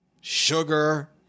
Sugar